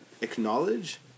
acknowledge